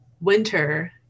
winter